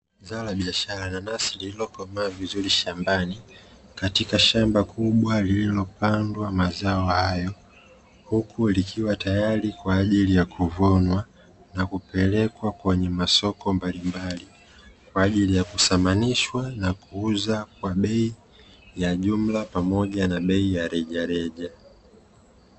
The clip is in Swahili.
Zao la biashara la nanasi, lililokomaa vizuri shambani, katika shamba kubwa lililopandwa mazao hayo, huku likiwa tayari kwa ajili ya kuvunwa na kupelekwa kwenye masoko mbalimbali kwa ajili ya kuthamanishwa na kuuza kwa bei ya jumla pamoja na bei ya rejareja.